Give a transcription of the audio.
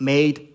Made